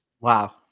Wow